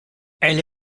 elle